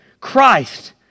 christ